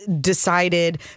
decided